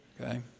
okay